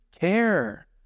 care